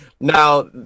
Now